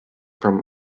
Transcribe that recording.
from